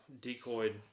decoyed